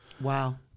Wow